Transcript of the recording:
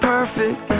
perfect